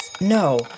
No